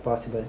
possible